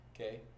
Okay